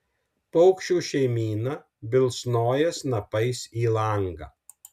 paukščių šeimyna bilsnoja snapais į langą